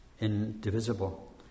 indivisible